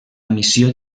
missió